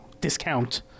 discount